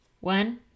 one